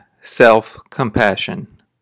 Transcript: Self-Compassion